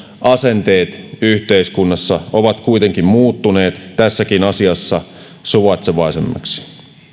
asenteet yhteiskunnassa ovat kuitenkin muuttuneet tässäkin asiassa suvaitsevaisemmiksi